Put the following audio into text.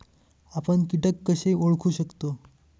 आपण कीटक कसे ओळखू शकतो?